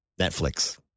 Netflix